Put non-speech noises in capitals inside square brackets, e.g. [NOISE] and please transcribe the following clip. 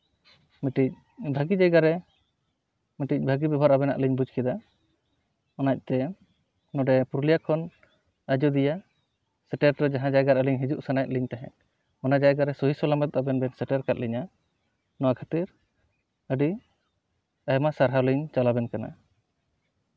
ᱢᱤᱫᱴᱤᱡ ᱵᱷᱟᱹᱜᱤ ᱡᱟᱭᱜᱟᱨᱮ ᱢᱤᱫᱴᱤᱡ ᱵᱷᱟᱹᱜᱤ ᱵᱮᱵᱚᱦᱟᱨ ᱟᱹᱵᱮᱱᱟᱜ ᱞᱤᱧ ᱵᱩᱡᱽ ᱠᱮᱫᱟ ᱚᱱᱟᱛᱮ ᱱᱚᱸᱰᱮ ᱯᱩᱨᱩᱞᱤᱭᱟ ᱠᱷᱚᱱ ᱟᱡᱳᱫᱤᱭᱟᱹ [UNINTELLIGIBLE] ᱡᱟᱦᱟᱸ ᱡᱟᱭᱜᱟᱨᱮ ᱟᱹᱞᱤᱧ ᱦᱤᱡᱩᱜ ᱥᱟᱱᱟᱭᱮᱜ ᱞᱤᱧ ᱛᱟᱦᱮᱸᱜ ᱚᱱᱟ ᱡᱟᱭᱜᱟᱨᱮ [UNINTELLIGIBLE] ᱟᱵᱮᱱ ᱵᱮᱱ ᱥᱮᱴᱮᱨ ᱠᱟᱜ ᱞᱤᱧᱟ ᱚᱱᱟ ᱠᱷᱟᱹᱛᱤᱨ ᱟᱹᱰᱤ ᱟᱭᱢᱟ ᱥᱟᱨᱦᱟᱣ ᱞᱤᱧ ᱪᱟᱞ ᱟᱵᱮᱱ ᱠᱟᱱᱟ